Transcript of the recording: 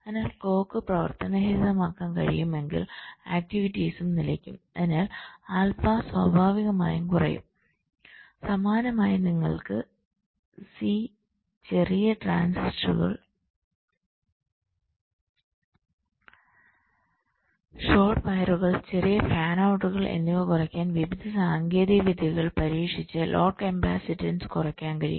അതിനാൽ ക്ലോക്ക് പ്രവർത്തനരഹിതമാക്കാൻ കഴിയുമെങ്കിൽആക്ടിവിറ്റീസും നിലയ്ക്കും അതിനാൽ ആൽഫ സ്വാഭാവികമായും കുറയും സമാനമായി നിങ്ങൾക്ക് സി ചെറിയ ട്രാൻസിസ്റ്ററുകൾ ഷോർട്ട് വയറുകൾ ചെറിയ ഫാൻ ഔട്ടുകൾഎന്നിവ കുറയ്ക്കാൻ വിവിധ സാങ്കേതിക വിദ്യകൾ പരീക്ഷിച്ച് ലോഡ് കപ്പാസിറ്റൻസ് കുറയ്ക്കാൻ കഴിയും